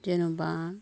जेनेबा